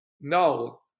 no